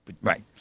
Right